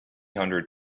hundred